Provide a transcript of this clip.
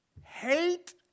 Hate